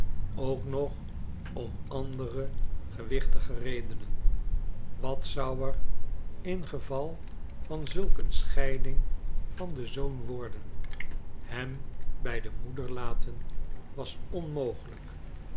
ook nog om andere gewichtige redenen wat zou er ingeval van zulk een scheiding van den zoon worden hem bij de moeder laten was onmogelijk